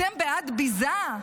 אתם בעד ביזה?